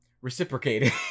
reciprocating